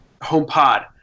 HomePod